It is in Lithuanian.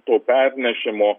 po pernešimo